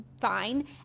fine